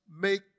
make